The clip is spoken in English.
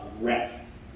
rest